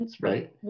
right